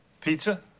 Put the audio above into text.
Pizza